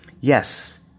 yes